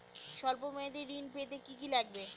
সল্প মেয়াদী ঋণ পেতে কি কি লাগবে?